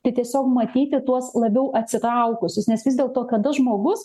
tai tiesiog matyti tuos labiau atsitraukusius nes vis dėlto kada žmogus